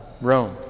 Rome